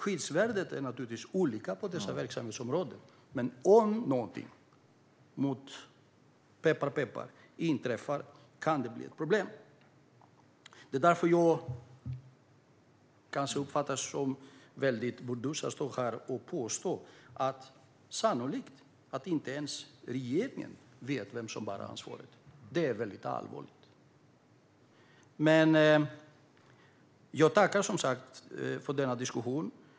Skyddsvärdet är naturligtvis olika på dessa verksamhetsområden, men om någonting inträffar - peppar, peppar - kan det bli ett problem. Jag kanske uppfattas som burdus, men det är därför jag står här och påstår att detta att sannolikt inte ens regeringen vet vem som bär ansvaret är väldigt allvarligt. Jag tackar som sagt för denna diskussion.